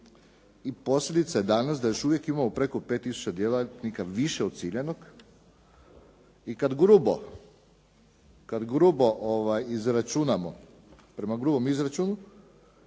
I posljedica je danas da još uvijek imamo preko 5 tisuća djelatnika više od ciljanog. I kad grubo izračunamo, prema grubom izračunu